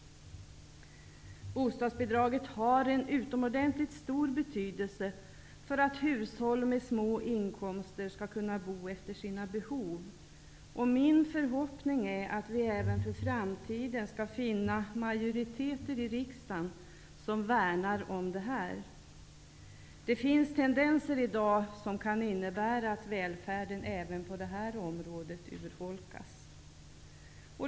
Bostadsbidraget har en utomordentligt stor betydelse för att hushåll med små inkomster skall kunna bo efter sina behov. Min förhoppning är att vi även för framtiden skall finna majoriteter i riksdagen som värnar om detta. Det finns i dag tendenser som kan innebära att välfärden även på detta område urholkas.